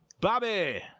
Bobby